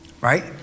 right